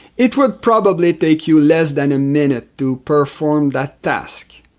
it would probably take you less than a minute to perform that task.